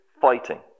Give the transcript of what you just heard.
fighting